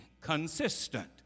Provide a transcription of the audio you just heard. consistent